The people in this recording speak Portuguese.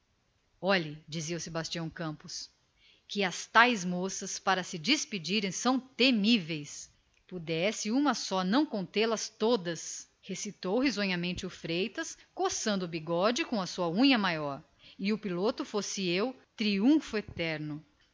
olhe observou o sebastião campos que as tais moças para se despedirem são temíveis pudesse uma só nau contê las todas recitou o freitas coçando o bigode com a sua unha de estimação e o piloto fosse eu triunfo eterno